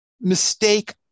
mistake